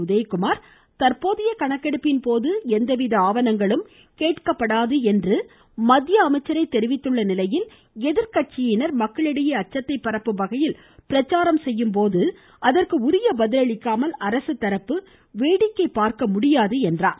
உதயகுமார் தற்போதைய கணக்கெடுப்பின்போது எந்தவித ஆவணங்களும் கேட்கப்படாது என்று மத்திய அமைச்சரே தெரிவித்துள்ள நிலையில் எதிர்கட்சியினர் மக்களிடையே அச்சத்தை பரப்பும் வகையில் பிரச்சாரம் செய்யும்போது அதற்கு உரிய பதிலளிக்காமல் அரசு தரப்பு வேடிக்கை பார்க்க முடியாது என்றார்